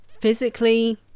physically